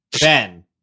Ben